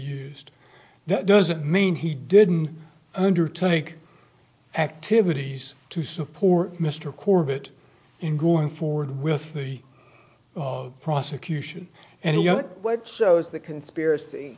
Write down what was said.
used that doesn't mean he didn't undertake activities to support mr corbett in going forward with the of prosecution and what so as the conspiracy